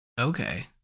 okay